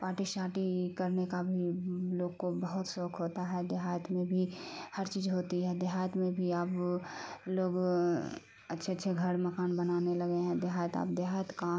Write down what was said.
party شارٹی کرنے کا بھی لوگ کو بہت شوق ہوتا ہے دیہات میں بھی ہر چیز ہوتی ہے دیہات میں بھی اب لوگ اچھے اچھے گھر مکان بنانے لگے ہیں دیہات اب دیہات کہاں